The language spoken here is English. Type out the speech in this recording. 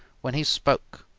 when he spoke.